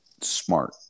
smart